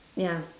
ya